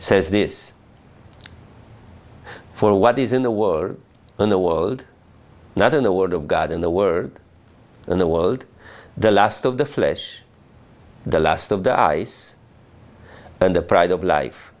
this for what is in the world in the world not in the word of god in the word in the world the last of the flesh the lust of the ice and the pride of life